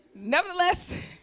Nevertheless